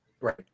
right